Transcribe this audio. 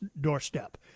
doorstep